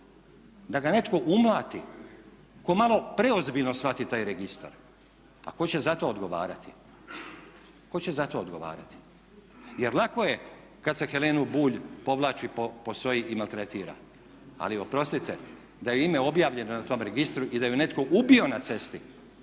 da ga netko umlati tko malo preozbiljno shvati taj registar. A tko će za to odgovarati? Jer lako je kad se Helenu Bulj povlači po SOA-i i maltretira. Ali oprostite, da joj je ime objavljeno u tom registru i da ju je netko ubio na cesti